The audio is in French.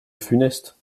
funeste